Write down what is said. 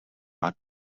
out